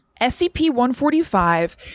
SCP-145